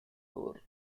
loire